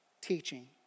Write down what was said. teaching